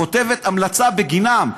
כותבת המלצה בגינם,